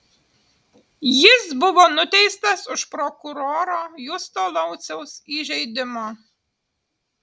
jis buvo nuteistas už prokuroro justo lauciaus įžeidimo